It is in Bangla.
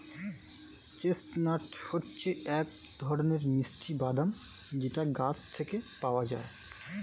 চেস্টনাট হচ্ছে এক ধরনের মিষ্টি বাদাম যেটা গাছ থেকে পাওয়া যায়